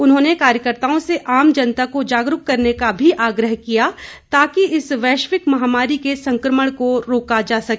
उन्होंने कार्यकर्ताओं से आम जनता को जागरूक करने का भी आग्रह किया ताकि इस वैश्विक महामारी के संक्रमण को रोका जा सके